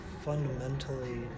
fundamentally